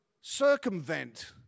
circumvent